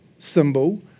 symbol